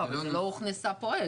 לא, אבל זה לא הוכנסה פה עז.